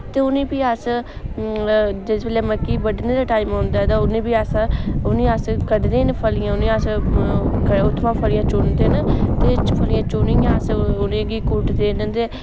ते उ'नेंगी फ्ही अस जिस बेल्लै मक्की बड्डने दा टाइम होंदा ऐ तां उ'नेंगी फ्ही अस उ'नेंई अस कड्डने न फलियां उ'नें अस उत्थुआं फलियां चुनदे न ते फलियां चुनियै अस 'कुटदे न ते